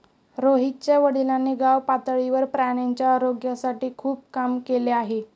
रोहितच्या वडिलांनी गावपातळीवर प्राण्यांच्या आरोग्यासाठी खूप काम केले आहे